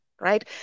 right